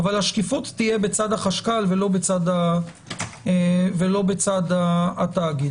אבל השקיפות תהיה בצד החשכ"ל ולא בצד התאגיד.